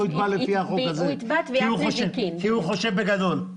יתבע לפי החוק הזה כי הוא חושב בגדול.